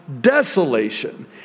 desolation